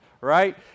right